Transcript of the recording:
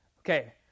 Okay